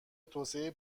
توسعه